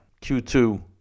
Q2